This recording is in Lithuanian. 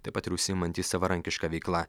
taip pat ir užsiimantys savarankiška veikla